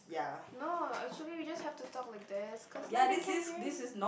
no actually we just have to talk like this cause like they can hear me